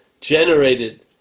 generated